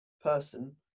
person